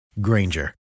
Granger